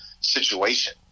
situation